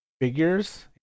figures